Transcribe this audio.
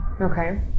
okay